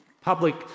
public